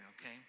okay